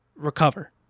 recover